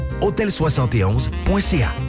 hôtel71.ca